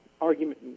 argument